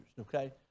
okay